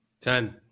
Ten